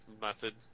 method